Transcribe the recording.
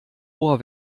ohr